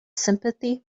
sympathy